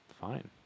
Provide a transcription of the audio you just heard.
fine